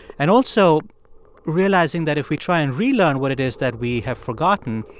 and also realizing that if we try and relearn what it is that we have forgotten,